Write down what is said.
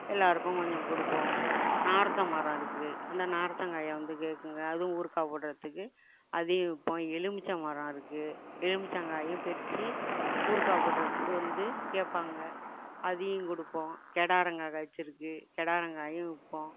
எல்லோருக்கும் கொஞ்சம் கொடுப்போம் நார்த்தை மரம் இருக்குது அந்த நார்த்தங்காயை வந்து கேட்குங்க அதுவும் ஊறுகாய் போடுறதுக்கு அதையும் விற்போம் எலும்பிச்ச மரம் இருக்குது எலும்பிச்சங்காயும் பறிச்சி ஊறுகாய் போடுறத்துக்கு வந்து கேட்பாங்க அதையும் கொடுப்போம் கடாரங்கா காய்ச்சிருக்கு கடாரங்காயும் விற்போம்